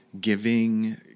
giving